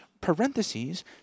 parentheses